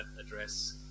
address